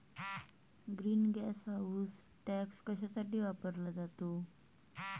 Green gas house tax कशासाठी वापरला जातो?